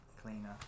cleaner